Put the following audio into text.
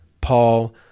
Paul